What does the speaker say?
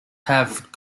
have